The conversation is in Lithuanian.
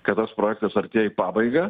kad tas projektas artėja į pabaigą